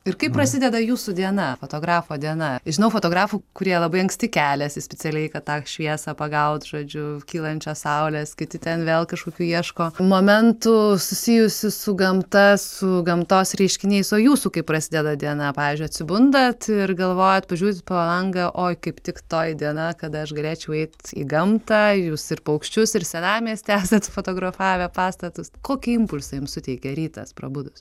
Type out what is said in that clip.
ir kaip prasideda jūsų diena fotografo diena žinau fotografų kurie labai anksti keliasi specialiai kad tą šviesą pagaut žodžiu kylančios saulės kiti ten vėl kažkokių ieško momentų susijusių su gamta su gamtos reiškiniais o jūsų kaip prasideda diena pavyzdžiui atsibundat ir galvojat pažiūrit pro langą oi kaip tik toji diena kada aš galėčiau eit į gamtą jūs ir paukščius ir senamiestį esat fotografavę pastatus kokį impulsą jums suteikia rytas prabudus